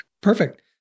Perfect